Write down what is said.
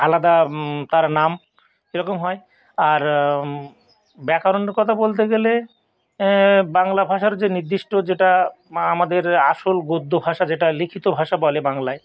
আলাদা তার নাম এরকম হয় আর ব্যাকরণের কথা বলতে গেলে বাংলা ভাষার যে নির্দিষ্ট যেটা বা আমাদের আসল গদ্য ভাষা যেটা লিখিত ভাষা বলে বাংলায়